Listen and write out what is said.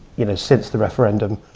you know, since the referendum